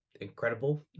incredible